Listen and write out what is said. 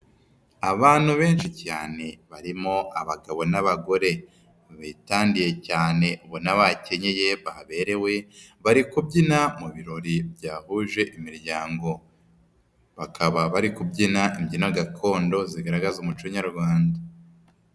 Abantu benshi cyane barimo abagabo n'abagore bitandiye cyane ubona bakenyeye baberewe, bari kubyina mu birori byahuje imiryango. Bakaba bari kubyina imbyino gakondo zigaragaza umuco nyarwanda.